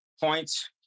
points